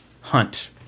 hunt